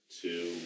two